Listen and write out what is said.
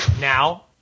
Now